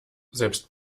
selbst